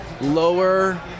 lower